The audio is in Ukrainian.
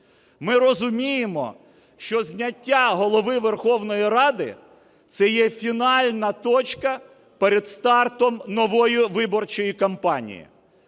Ми розуміємо, що зняття Голови Верховної Ради – це є фінальна точка перед стартом нової виборчої кампанії.